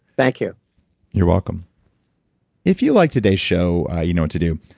thank you you're welcome if you liked today's show, you know what to do.